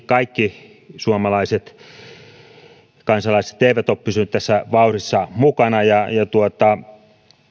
kaikki suomalaiset kansalaiset eivät ole pysyneet tässä vauhdissa mukana ja ja